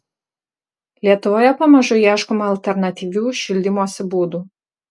lietuvoje pamažu ieškoma alternatyvių šildymosi būdų